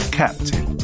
captain